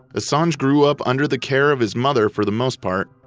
assange grew up under the care of his mother for the most part,